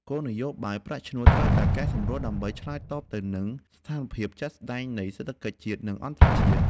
គោលនយោបាយប្រាក់ឈ្នួលត្រូវបានកែសម្រួល ដើម្បីឆ្លើយតបទៅនឹងស្ថានភាពជាក់ស្តែងនៃសេដ្ឋកិច្ចជាតិនិងអន្តរជាតិ។